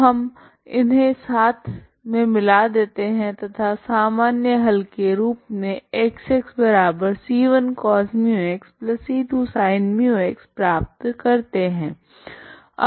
तो हम इन्हे साथ मे मिला देते है तथा सामान्य हल के रूप मे Xc1cos μxc2sin μx प्राप्त करते है